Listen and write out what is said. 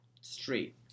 straight